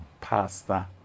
pastor